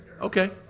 Okay